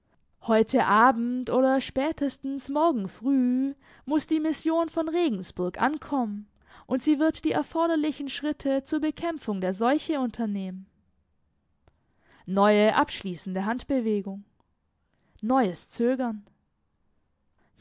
heute abend oder spätestens morgen früh muß die mission von regensburg ankommen und sie wird die erforderlichen schritte zur bekämpfung der seuche unternehmen neue abschließende handbewegung neues zögern